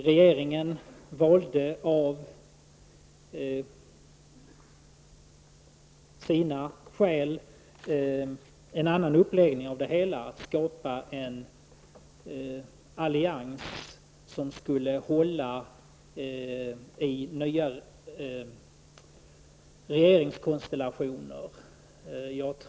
Regeringen valde av sina själ en annan uppläggning av det hela för att skapa en allians som skulle hålla vid nya regeringskonsultationer.